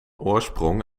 oorsprong